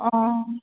অঁ